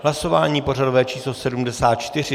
Hlasování pořadové číslo 74.